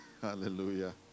hallelujah